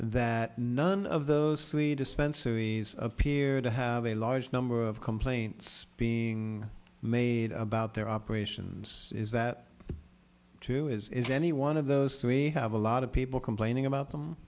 that none of those three dispensaries appear to have a large number of complaints being made about their operations is that two is any one of those three have a lot of people complaining about them